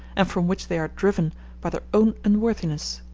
and from which they are driven by their own unworthiness.